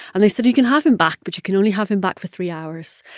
and they said, you can have him back, but you can only have him back for three hours.